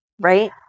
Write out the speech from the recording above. right